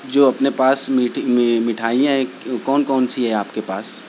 جو اپنے پاس مٹھائیاں ہیں کون کون سی ہیں آپ کے پاس